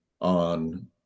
on